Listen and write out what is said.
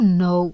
no